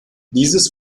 dieses